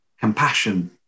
compassion